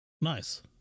Nice